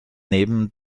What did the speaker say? neben